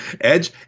Edge